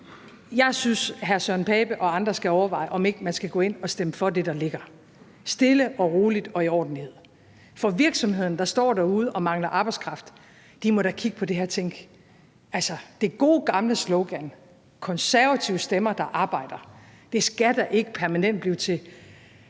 Jeg synes, at hr. Søren Pape Poulsen og andre skal overveje, om de ikke skal gå ind og stemme for det, der ligger – stille og roligt og i ordentlighed. For virksomhederne, der står derude og mangler arbejdskraft, må da kigge på det her og tænke, at det gode gamle slogan med konservative stemmer, der arbejder, da ikke permanent skal blive til